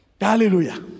Hallelujah